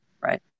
right